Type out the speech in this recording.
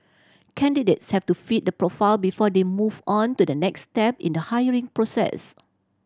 candidates have to fit the profile before they move on to the next step in the hiring process